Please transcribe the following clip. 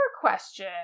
question